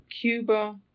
Cuba